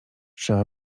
trzeba